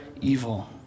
evil